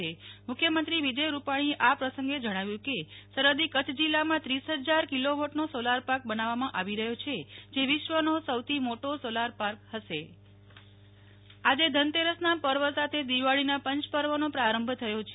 છે મુખ્યમંત્રી વિજય રૂપાણીએ આ પ્રસંગે જણાવ્યું કે સરહદી કચ્છ જિલ્લામાં ત્રીસ હજાર મેગાવોટનો સોલાર પાર્ક બનાવવામાં આવી રહ્યો છે જે વિશ્વનો સૌથી મોટો સોલાર પાર્ક હશે નેહ્લ ઠક્કર ધન તેરસ આજે ધન તેરસના પર્વ સાથે દિવાળીના પંચપર્વનો પ્રારંભ થયો છે